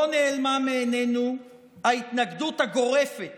לא נעלמה מעינינו ההתנגדות הגורפת